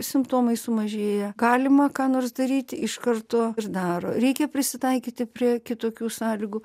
simptomai sumažėja galima ką nors daryti iš karto ir daro reikia prisitaikyti prie kitokių sąlygų